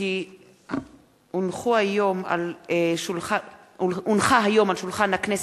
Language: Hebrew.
כי הונחה היום על שולחן הכנסת,